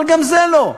אבל גם זה לא.